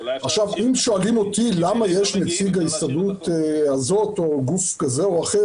אם שואלים אותי למה יש נציג להסתדרות הזאת או לגוף כזה או אחר,